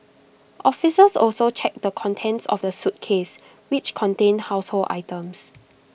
officers also checked the contents of the suitcase which contained household items